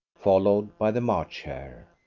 followed by the march hare.